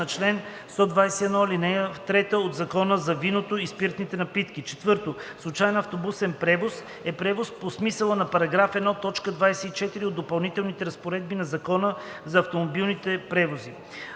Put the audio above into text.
121, ал. 3 от Закона за виното и спиртните напитки; 4. „случаен автобусен превоз“ е превоз по смисъла на § 1, т. 24 от допълнителните разпоредби на Закона за автомобилните превози.